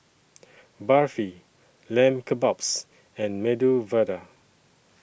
Barfi Lamb Kebabs and Medu Vada